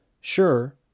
sure